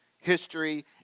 history